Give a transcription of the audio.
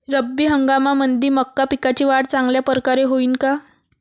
रब्बी हंगामामंदी मका पिकाची वाढ चांगल्या परकारे होईन का?